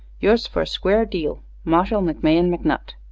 yours fer a square deal marshall mcmahon mcnutt.